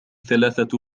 ثلاثة